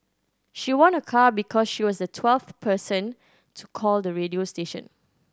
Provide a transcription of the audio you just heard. she won a car because she was the twelfth person to call the radio station